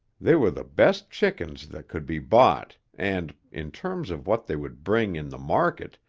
they were the best chickens that could be bought and, in terms of what they would bring in the market,